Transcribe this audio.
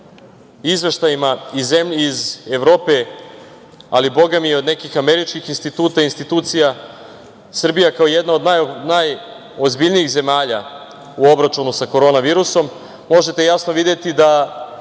izveštajima iz Evrope, ali bogami i nekih američkih institucija, Srbija kao jedna od najozbiljnijih zemalja u obračunu sa korona virusom, možete jasno videti da